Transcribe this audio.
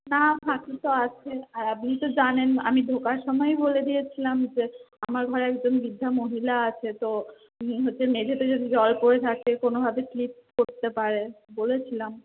না ফাঁকি তো আছে আর আপনি তো জানেন আমি ঢোকার সময়ই বলে দিয়েছিলাম যে আমার ঘরে একজন বৃদ্ধা মহিলা আছে তো তিনি হচ্ছে মেঝেতে যদি জল পড়ে থাকে কোনোভাবে স্লিপ করতে পারে বলেছিলাম